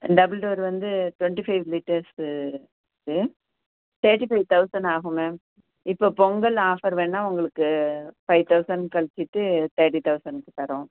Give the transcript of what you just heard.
double door வந்து twenty five litres இருக்கு thirty five thousand ஆகும் மேம் இப்போ பொங்கல் ஆஃபர் வேணும்னா உங்களுக்கு ஃபைவ் தௌசண்ட் கழிச்சிவிட்டு தேர்ட்டி தௌசணுக்கு தரோம்